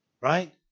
Right